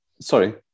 Sorry